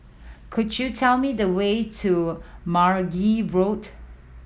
could you tell me the way to Mergui Road